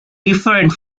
different